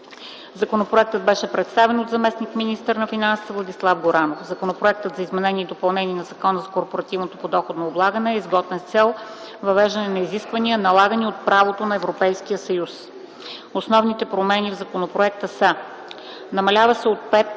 Законопроектът беше представен от заместник-министъра на финансите Владислав Горанов. Законопроектът за изменение и допълнение на Закона за корпоративното подоходно облагане е изготвен с цел въвеждане на изисквания, налагани от правото на Европейския съюз. Основните промени в законопроекта са: - намалява се от